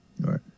Right